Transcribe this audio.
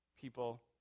people